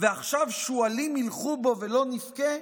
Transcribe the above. ועכשיו שועלים הילכו בו ולא נבכה?